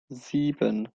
sieben